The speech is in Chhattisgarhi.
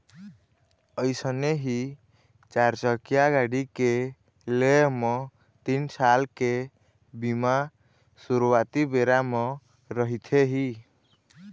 अइसने ही चारचकिया गाड़ी के लेय म तीन साल के बीमा सुरुवाती बेरा म रहिथे ही